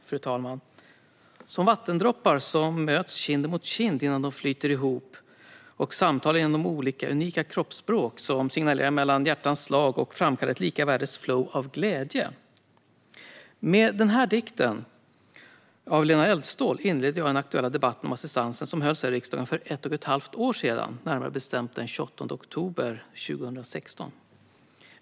Fru talman! Som vattendroppar sommöts kind emot kind innande flyter ihop ochsamtalar genom de olikaunika kroppsspråk somsignalerar mellanhjärtans slag ochframkallar ett lika värdesflow av glädje Med den här dikten av Lena Eldståhl inledde jag den aktuella debatten om assistansen som hölls här i riksdagen för ett och ett halvt år sedan, närmare bestämt den 28 oktober 2016.